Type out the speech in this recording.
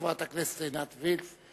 חברת הכנסת עינת וילף,